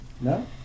No